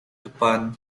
depan